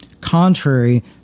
contrary